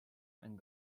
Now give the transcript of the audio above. and